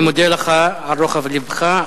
אני מודה לך על רוחב לבך.